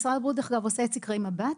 משרד הבריאות, דרך אגב, עושה את סקרי מב"ת,